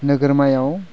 नोगोरमायाव